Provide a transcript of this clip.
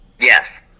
Yes